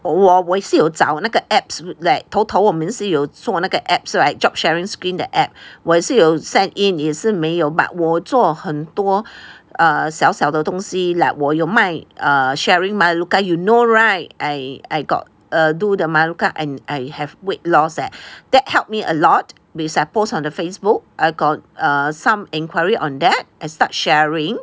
我我也是找那个 apps 头头我们是有做那个 apps right job sharing scheme 的 apps 我也是有 send in 也是没有 but 我做很多 err 小小的东西 like 我有卖 err sharing ma you gai you know right I I got err do the ma you gai and I have weight loss eh and that helped me a lot which I post on the Facebook I got err some enquiry on that I start sharing